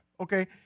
Okay